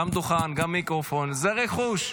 גם דוכן, גם מיקרופון, זה רכוש.